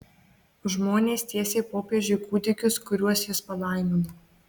žmonės tiesė popiežiui kūdikius kuriuos jis palaimino